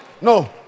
No